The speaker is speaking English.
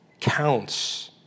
Counts